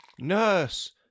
Nurse